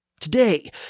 Today